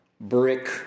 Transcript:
brick